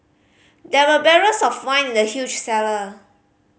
there were barrels of wine in the huge cellar